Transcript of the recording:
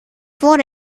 wurde